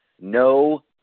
no